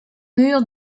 murs